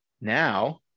Now